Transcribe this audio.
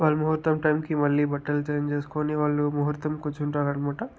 వాళ్ళు ముహూర్తం టైంకి మళ్ళీ బట్టలు చేంజ్ చేసుకొని వాళ్ళు ముహూర్తంకు కూర్చుంటారనమాట